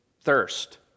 thirst